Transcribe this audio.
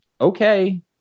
Okay